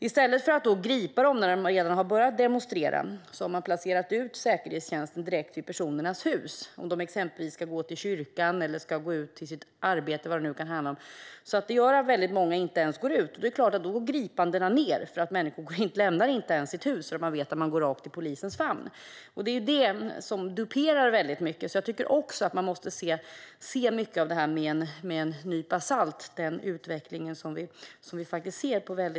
I stället för att gripa dem när de har börjat demonstrera har man placerat ut säkerhetstjänsten direkt vid personernas hus när de exempelvis ska gå till kyrkan eller till sitt arbete. Detta gör att många inte ens går ut, och då är det klart att antalet gripanden går ned. Människor lämnar inte ens sina hus för att de vet att de går rakt i polisens famn. Detta duperar väldigt mycket, så jag tycker att man måste ta den utveckling vi ser på många fronter med en nypa salt.